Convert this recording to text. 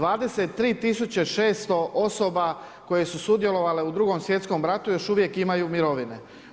23 600 osoba koje su sudjelovale u II. svjetskom ratu još uvijek imaju mirovine.